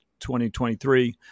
2023